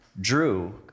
drew